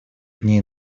дней